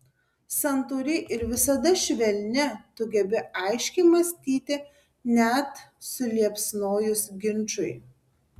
santūri ir visada švelni tu gebi aiškiai mąstyti net suliepsnojus ginčui